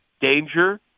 danger